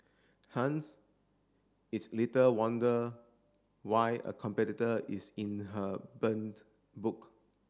hence it's little wonder why a competitor is in her burned book